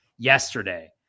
Yesterday